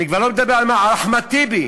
אני כבר לא מדבר על אחמד טיבי,